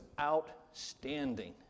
outstanding